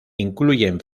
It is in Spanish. incluyen